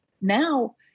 now